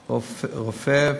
רופא,